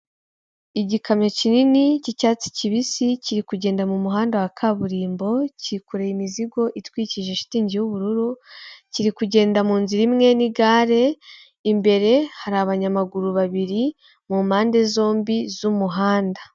Igikamyo kinini cy'icyatsi kibisi kiri kugenda mu muhanda wa kaburimbo, cyikoreye imizigo itwikirije shitingi y'ubururu kiri kugenda mu nzira imwe n'igare, imbere hari abanyamaguru babiri mu mpande zombi z'umuhanda.